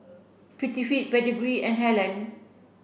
Prettyfit Pedigree and Helen